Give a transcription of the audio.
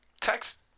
Text